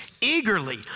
eagerly